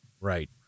Right